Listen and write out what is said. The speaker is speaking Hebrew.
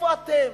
איפה אתם?